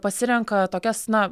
pasirenka tokias na